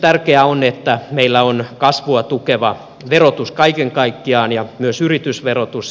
tärkeää on että meillä on kasvua tukeva verotus kaiken kaikkiaan ja myös yritysverotus